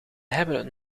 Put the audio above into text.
hebben